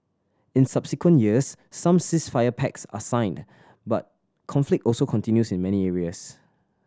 in subsequent years some ceasefire pacts are signed but conflict also continues in many areas